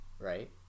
right